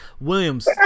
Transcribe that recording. Williams